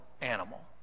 animal